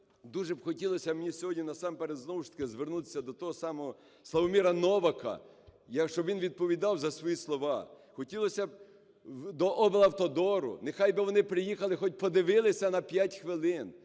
дуже б хотілося б мені сьогодні, насамперед знову ж таки звернутися до самого Славоміра Новака, щоб він відповідав за свої слова. Хотілось б до облавтодору, нехай би вони приїхали хоть подивилися на 5 хвилин,